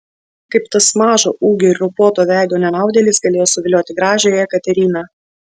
kaip tas mažo ūgio ir raupuoto veido nenaudėlis galėjo suvilioti gražiąją jekateriną